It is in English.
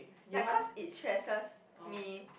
like cause it stresses me